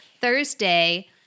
Thursday